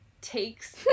takes